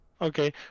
Okay